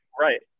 Right